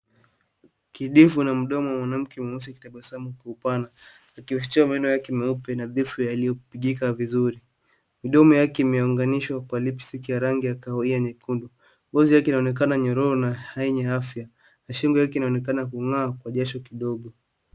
Kidevu na mdomo ya mwanamke mweusi akitabasamu kwa upana, akionyesha meno yake meupe, nadhifu na yaliyopingika vizuri. Midomo yake imeunganishwa kwa lipstick ya rangi ya kahawia nyekundu. Ngozi yake inaonekana nyororo na yenye afya, na shingo yake inaonekana kung'aa kwa jasho kidogo.